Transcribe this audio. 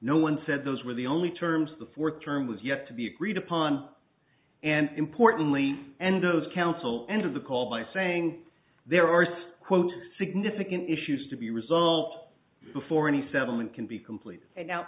no one said those were the only terms the fourth term was yet to be agreed upon and importantly and those council end of the call by saying there are some quote significant issues to be result before any settlement can be completed and now